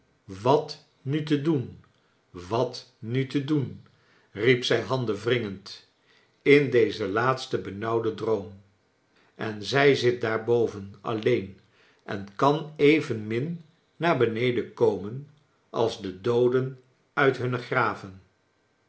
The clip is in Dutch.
wat nu te doen wat nu te doen riep zij handenwringend in dezen laatsten benauwden droom en zij zit daar boven alleen en kan evenmin naar beneden komen als de dooden uit hunne graven